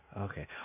Okay